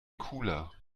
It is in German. cooler